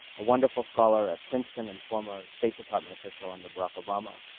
a wonderful scholar at princeton and former state department official under barack obama,